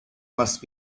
must